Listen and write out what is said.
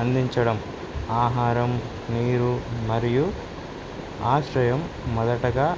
అందించడం ఆహారం నీరు మరియు ఆశ్రయం మొదటగా